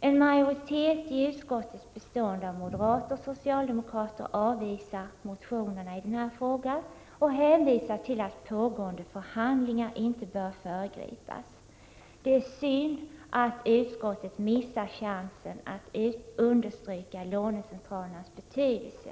En majoritet i utskottet bestående av moderater och socialdemokrater avvisar motionerna i denna fråga och hänvisar till att pågående förhandlingar inte bör föregripas. Det är synd att utskottet missar chansen att understryka lånecentralernas betydelse.